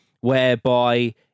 whereby